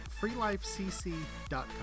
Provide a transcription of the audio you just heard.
freelifecc.com